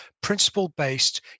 principle-based